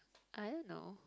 I don't know